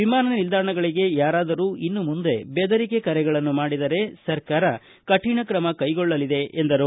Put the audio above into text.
ವಿಮಾನ ನಿಲ್ದಾಣಗಳಗೆ ಯಾರಾದರೂ ಇನ್ನು ಮುಂದೆ ಬೆದರಿಕೆ ಕರೆಗಳನ್ನು ಮಾಡಿದರೆ ಸರ್ಕಾರ ಕಠಿಣ ಕ್ರಮ ಕೈಗೊಳ್ಳಲಿದೆ ಎಂದರು